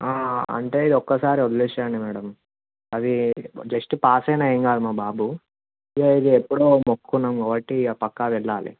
అంటే ఇది ఒకసారి వదిలేశేయండి మేడమ్ అది జస్ట్ పాస్ అయిన ఏమి కాదు మా బాబు ఇక ఎప్పుడో మొక్కుకున్నాం కాబట్టి ఇక పక్కా వెళ్ళాలి